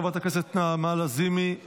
חברת כנסת נעמה לזימי,